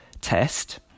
test